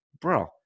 bro